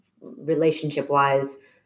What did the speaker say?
relationship-wise